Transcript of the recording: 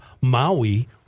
Maui